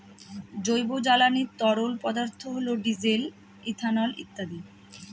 জৈব জ্বালানি তরল পদার্থ হল ডিজেল, ইথানল ইত্যাদি